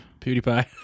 PewDiePie